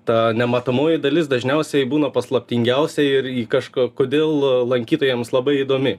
ta nematomoji dalis dažniausiai būna paslaptingiausia ir į kažką kodėl lankytojams labai įdomi